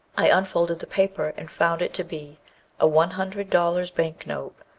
i unfolded the paper, and found it to be a one hundred dollars bank note,